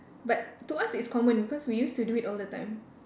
but to us it's common because we used to do it all the time